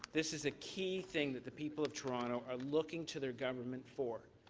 this is a key thing that the people of toronto are looking to their government for.